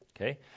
Okay